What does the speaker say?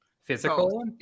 physical